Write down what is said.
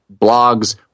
blogs